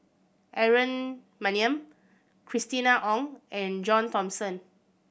Aaron Maniam Christina Ong and John Thomson